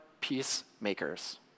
peacemakers